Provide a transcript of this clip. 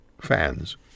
fans